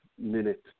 Minute